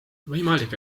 võimalik